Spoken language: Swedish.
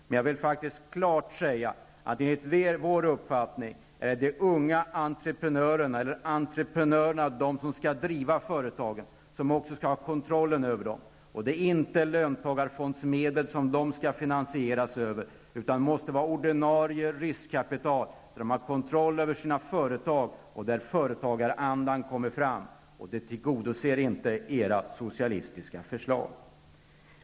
Men jag vill faktiskt klart säga att det enligt vår uppfattning är entreprenörerna, de som skall driva företagen, som skall ha kontrollen över företagen. Företagen skall inte finansieras med löntagarfondsmedel, utan det måste vara ordinarie riskkapital, så att ägarna har kontroll över sina företag och så att företagarandan kommer fram. Detta tillgodoser inte ert socialistiska förslag.